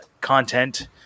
content